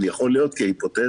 אבל יכול להיות כהיפותזה,